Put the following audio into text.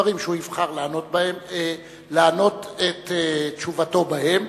הדברים שהוא יבחר לענות את תשובתו בהם.